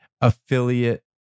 affiliate